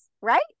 right